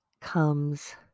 comes